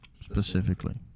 Specifically